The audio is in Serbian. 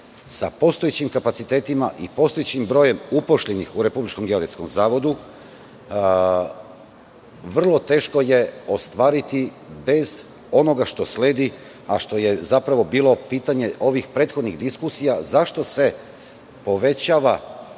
sa postojećim kapacitetima i postojećim brojem uposlenih u Republičkom geodetskom zavodu, vrlo teško ostvariti bez onoga što sledi, a što je zapravo bilo pitanje ovih prethodnih diskusija - zašto se povećava,